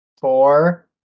Four